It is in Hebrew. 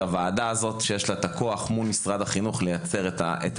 שלוועדה הזאת יש את הכוח להציע אותו מול משרד החינוך על מנת לטפל